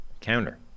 Counter